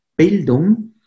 Bildung